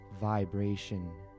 vibration